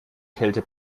kälte